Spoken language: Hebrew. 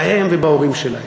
להם ולהורים שלהם?